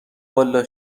والا